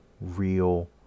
real